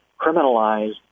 criminalized